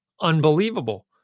unbelievable